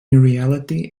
reality